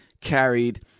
carried